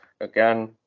again